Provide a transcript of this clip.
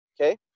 Okay